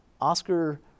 Oscar